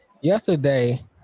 yesterday